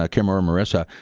ah kim or morissa.